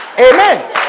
Amen